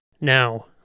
Now